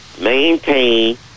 maintain